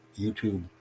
YouTube